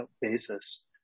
basis